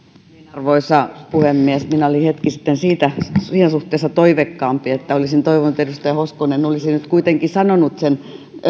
arvoisa puhemies minä olin hetki sitten siinä suhteessa toiveikkaampi että olisin toivonut että edustaja hoskonen olisi nyt kuitenkin sanonut sen